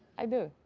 i do.